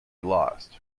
lost